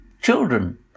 children